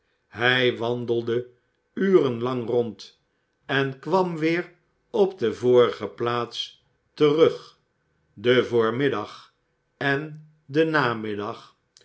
hij wandelde uren lang rond en kwam weer op de vorige plaats terug de voormiddag en de namiddag